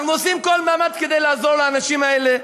אנחנו עושים כל מאמץ כדי לעזור לאנשים האלה,